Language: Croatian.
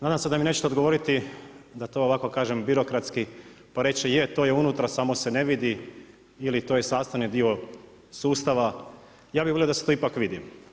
Nadam se da mi neće odgovoriti na to ovako kažem birokratski, pa je reći, je to je unutra samo se ne vidi ili to je sastavni dio sustava, ja bi volio da se to ipak vidi.